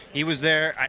he was there,